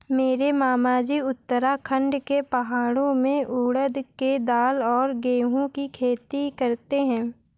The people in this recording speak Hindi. मेरे मामाजी उत्तराखंड के पहाड़ों में उड़द के दाल और गेहूं की खेती करते हैं